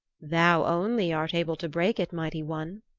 thou only art able to break it, mighty one,